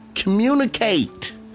Communicate